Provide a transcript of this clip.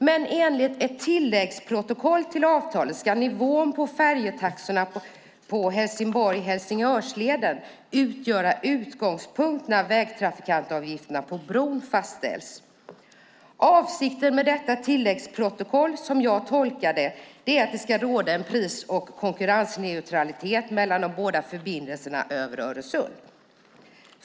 Men enligt ett tilläggsprotokoll till avtalet ska nivån på färjetaxorna på Helsingborg-Helsingörsleden utgöra utgångspunkt när vägtrafikantavgifterna på bron fastställs. Avsikten med detta tilläggsprotokoll är, som jag tolkar det, att det ska råda en pris och konkurrensneutralitet mellan de båda förbindelserna över Öresund.